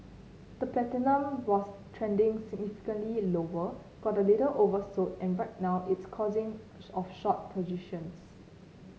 the platinum was trending significantly lower got a little oversold and right now it's causing of short positions